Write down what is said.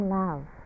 love